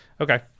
Okay